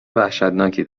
وحشتناکی